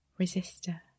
Resistor